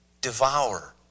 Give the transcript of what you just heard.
devour